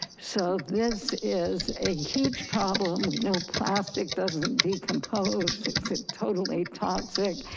so this is a huge problem. we know plastic doesn't decompose. it's it's totally toxic.